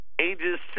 ages